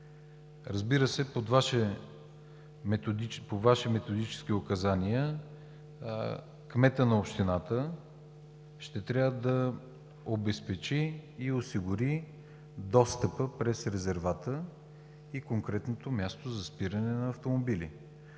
Разбира се, по Ваши методически указания кметът на общината ще трябва да обезпечи и осигури достъпа през резервата и конкретното място за спиране на автомобили.